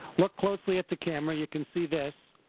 look closely at the camera. you can see this.